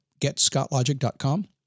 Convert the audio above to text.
Getscottlogic.com